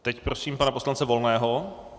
Teď prosím pana poslance Volného.